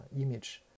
image